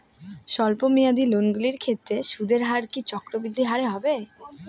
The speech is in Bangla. স্বল্প মেয়াদী লোনগুলির ক্ষেত্রে সুদের হার কি চক্রবৃদ্ধি হারে হবে?